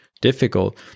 difficult